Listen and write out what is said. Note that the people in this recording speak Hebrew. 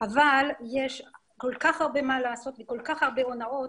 אבל יש כל כך הרבה מה לעשות וכל כך הרבה הונאות